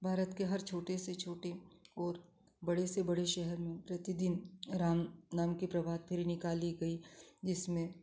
भारत के हर छोटे से छोटे और बड़े से बड़े शहर में प्रतिदिन राम नाम की प्रभात फेरी निकाली गई जिसमें